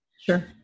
Sure